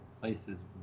places